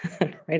right